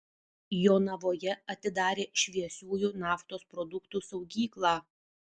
jonavoje atidarė šviesiųjų naftos produktų saugyklą